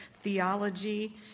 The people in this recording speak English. theology